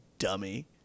dummy